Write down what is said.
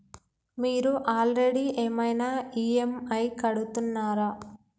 మీరు ఆల్రెడీ ఏమైనా ఈ.ఎమ్.ఐ కడుతున్నారా?